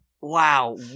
Wow